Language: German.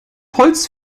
holz